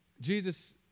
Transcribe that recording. Jesus